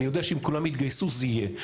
אני יודע שאם כולם יתגייסו זה יהיה.